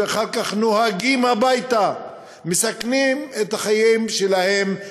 אחר כך נוהגים הביתה ומסכנים את החיים שלהם,